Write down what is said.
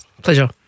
Pleasure